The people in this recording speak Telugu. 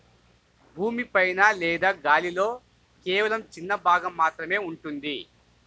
భూమి పైన లేదా గాలిలో కేవలం చిన్న భాగం మాత్రమే ఉంటుంది